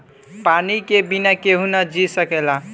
पानी के बिना केहू ना जी सकेला